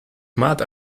mad